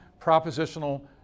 propositional